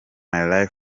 life